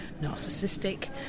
narcissistic